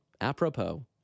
apropos